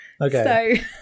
Okay